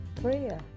prayer